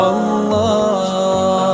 Allah